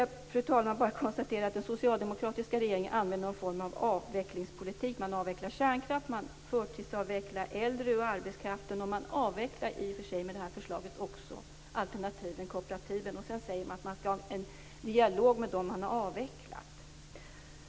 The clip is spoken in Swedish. Jag kan bara konstatera att den socialdemokratiska regeringen använder någon form av avvecklingspolitik. Man avvecklar kärnkraften. Man förtidsavvecklar äldre ur arbetskraften. Man avvecklar också alternativen, kooperativen, med det här förslaget. Man säger sedan att man skall ha en dialog med dem som man har avvecklat.